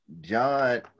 John